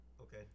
Okay